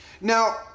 Now